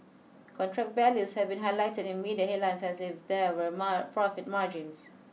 contract values have been highlighted in media headlines as if there were profit margins